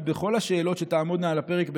בכל השאלות שתעמודנה על הפרק בחיינו,